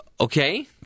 Okay